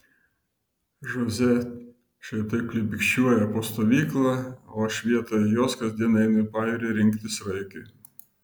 žoze šiaip taip klibikščiuoja po stovyklą o aš vietoj jos kasdien einu į pajūrį rinkti sraigių